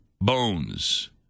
bones